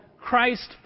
Christ